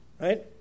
Right